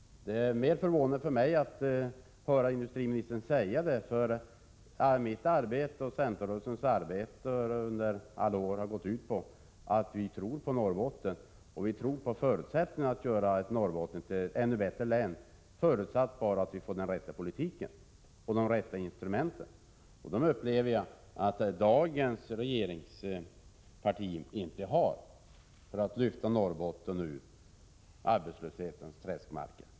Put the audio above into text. Det är mer förvånande för mig att höra industriministern säga det. Mitt och centerrörelsens arbete har under alla år präglats av att vi tror på Norrbotten och på förutsättningarna att göra Norrbotten till ett ännu bättre län, förutsatt att vi bara får den rätta politiken och de rätta instrumenten. Dagens regeringsparti för emellertid inte rätt politik för att lyfta Norrbotten ur arbetslöshetens träskmarker.